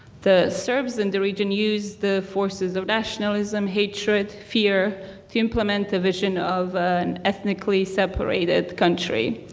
the serbs in the region used the forces of nationalism, hatred, fear to implement the vision of an ethnically separated country.